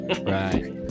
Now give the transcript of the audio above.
Right